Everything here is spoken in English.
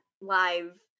live